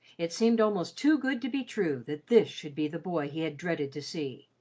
it seemed almost too good to be true that this should be the boy he had dreaded to see,